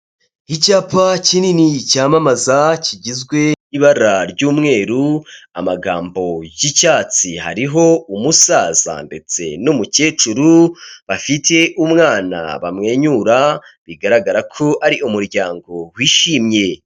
Icyapa kinini cyamamaza kigizwe n'ibara ry'umweru amagambo y'icyatsi, hariho umusaza ndetse n'umukecuru bafite umwana bamwenyura bigaragara ko ari umuryango wishimye.